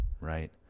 right